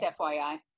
FYI